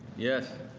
yes,